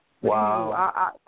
Wow